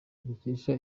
dukesha